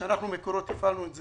שאנחנו מקורות קיבלנו את זה,